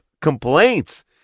complaints